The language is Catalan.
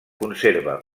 conserva